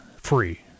free